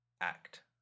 act